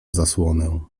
zasłonę